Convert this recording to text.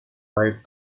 light